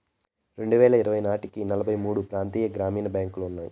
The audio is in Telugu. రెండువేల ఇరవై నాటికి నలభై మూడు ప్రాంతీయ గ్రామీణ బ్యాంకులు ఉన్నాయి